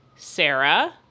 Sarah